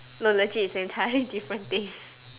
no legit it's an entirely different thing